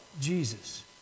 Jesus